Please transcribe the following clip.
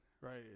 right